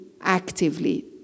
actively